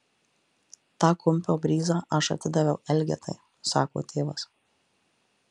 tą kumpio bryzą aš atidaviau elgetai sako tėvas